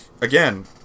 again